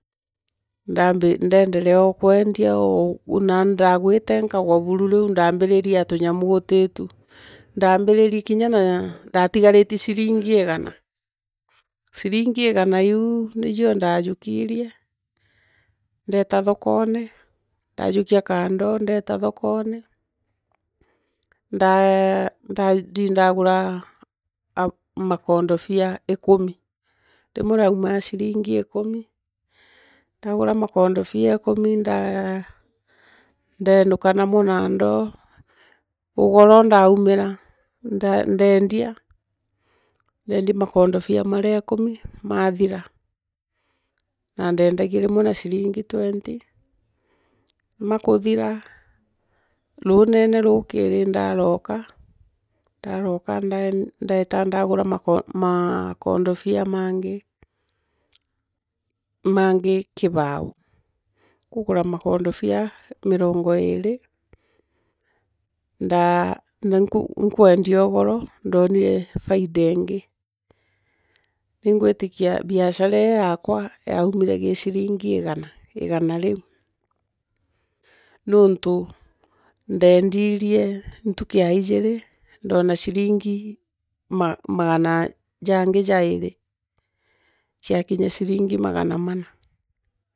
Ndeendereo o kwendia nani ndagwite nkagwa buru riu ndaambiririe a tunyamu utii tu ndambiririe, ndambiritie, ndaatigaritie ciringi igana. Ciringi igana iu nijio ndaajukirie, ndeta thokone, ndajukia kandoo, ndeota tuokone, ndaathi ndagura makondotia ikumi. Rimwe riaumaa ciringi ikumi, ndagura makondotia ikumi ndaa, ndeenuka namo nan doo, ugoro nduumira ndeendia, ndeendia mokondofia marea ikumi, mathira, na ndeendagia rimwe na ciringi twenty. Makuthira ruunene ruukiri ndaroka, ndoota ndagura makondotia mangi, mangi kibao. Ndikugura makondotia mirongo iiri ndaa na inkwendia ugoro ni ndonire faida iingi ningwitikia biashara inoyaakwa yaumire gi ciringi igana riu. Nontu ndendirie ntuku ya ijiri ndona ciringi Magana janggi jairi ciakinya aringi Magana mana.